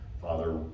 father